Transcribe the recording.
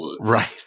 right